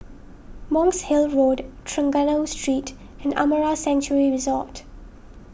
Monk's Hill Road Trengganu Street and Amara Sanctuary Resort